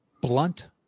blunt